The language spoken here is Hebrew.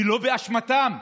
ולא באשמתם,